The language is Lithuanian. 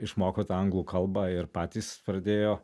išmoko tą anglų kalbą ir patys pradėjo